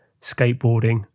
skateboarding